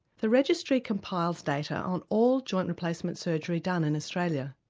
the registry compiles data on all joint replacement surgery done in australia,